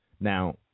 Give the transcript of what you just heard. Now